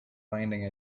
finding